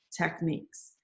techniques